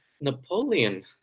Napoleon